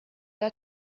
dutch